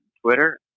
Twitter